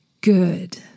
Good